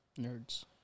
Nerds